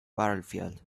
battlefield